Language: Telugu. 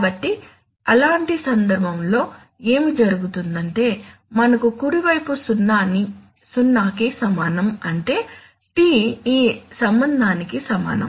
కాబట్టి అలాంటి సందర్భంలో ఏమి జరుగుతుందంటే మనకు కుడి వైపు సున్నాకి సమానం అంటే T ఈ సంబంధానికి సమానం